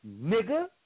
Nigga